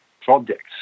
projects